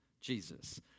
Jesus